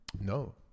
No